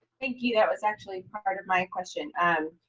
thank you, that was actually part of my question. and